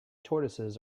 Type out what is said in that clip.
tortoises